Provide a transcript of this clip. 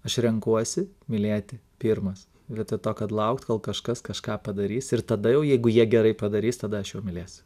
aš renkuosi mylėti pirmas vietoj to kad laukt kol kažkas kažką padarys ir tada jau jeigu jie gerai padarys tada mylės